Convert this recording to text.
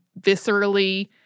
viscerally